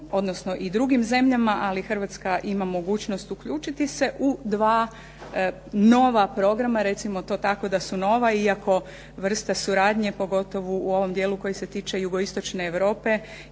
odnosno i drugim zemljama, ali Hrvatska ima mogućnost uključiti se u dva nova programa recimo to tako da su nova, iako vrste suradnje pogotovo u ovom djelu koji se tiče Jugoistočne Europe